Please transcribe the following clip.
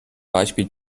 beispiel